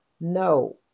no